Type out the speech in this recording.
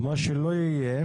מה שלא יהיה,